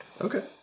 Okay